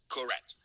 Correct